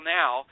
now